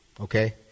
Okay